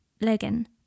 Logan